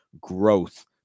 growth